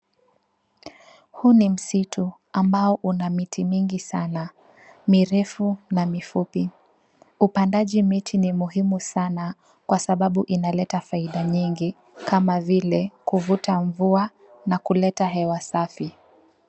Huu ni msitu ambao una miti mingi sana, mirefu na mifupi. Upandaji miti ni muhimu sana, kwa sababu inaleta faida nyingi, kama vile kuvuta mvua na kuleta hewa safi.